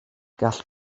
gall